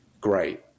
great